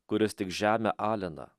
kuris tik žemę alina